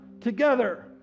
together